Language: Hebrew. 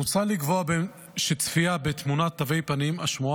מוצע לקבוע שצפייה בתמונת תווי פנים השמורה